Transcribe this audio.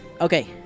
Okay